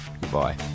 Goodbye